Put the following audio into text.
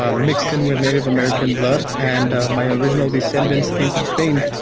ah mixed in with native american blood. and my original descendants came from spain,